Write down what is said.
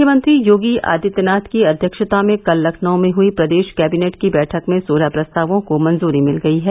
मुख्यमंत्री योगी आदित्यनाथ की अध्यक्षता में कल लखनऊ में हई प्रदेष कैबिनेट की बैठक में सोलह प्रस्तावों को मंजूरी मिल गई है